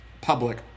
public